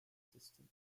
system